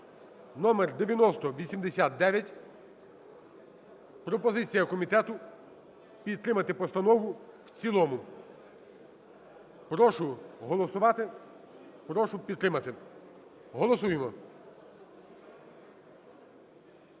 (№ 9089). Пропозиція комітету: підтримати постанову в цілому. Прошу голосувати, прошу підтримати. Голосуємо!